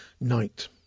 Night